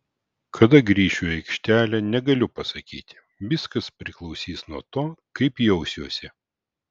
kada grįšiu į aikštelę negaliu pasakyti viskas priklausys nuo to kaip jausiuosi